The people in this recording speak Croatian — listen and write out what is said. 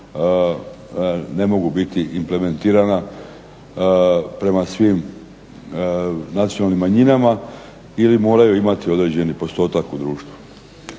ne mogu biti implementirana prema svim nacionalnim manjinama ili moraju imati određeni postotak u društvu.